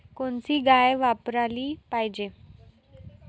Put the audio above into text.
कोनची गाय वापराली पाहिजे?